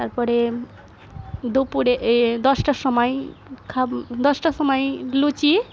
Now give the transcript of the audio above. তারপরে দুপুরে এ দশটার সময় খাব দশটার সময়ে লুচি